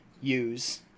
use